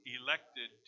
elected